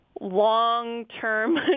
long-term